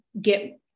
get